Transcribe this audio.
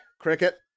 Cricket